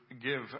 give